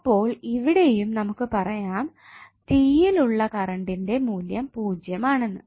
അപ്പോൾ ഇവിടെയും നമുക്ക് പറയാം റ്റി യിൽ ഉള്ള കറണ്ടിന്റെ മൂല്യം പൂജ്യം ആണെന്ന്